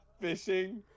fishing